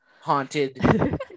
haunted